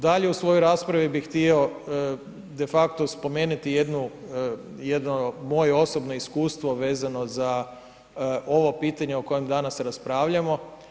Dakle, u svojoj raspravi bi htio de facto spomenuti jednu, jedno moje osobno iskustvo vezano za ovo pitanje o kojem danas raspravljamo.